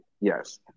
yes